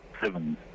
seven